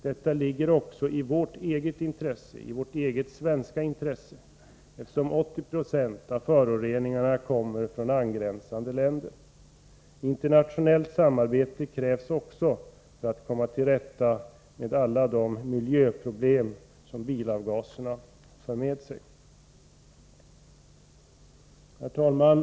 Detta ligger också i vårt eget svenska intresse, eftersom 80 96 av föroreningarna kommer från angränsande länder. Internationellt samarbete krävs också för att komma till rätta med alla de miljöproblem som bilavgaserna för med sig. Herr talman!